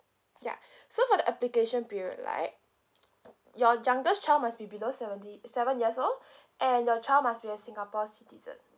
ya so for the application period right your youngest child must be below seventy seven years old and your child must be a singapore citizen